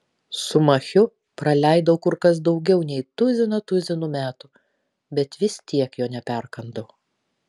su machiu praleidau kur kas daugiau nei tuziną tuzinų metų bet vis tiek jo neperkandau